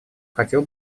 хотел